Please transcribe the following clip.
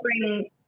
bring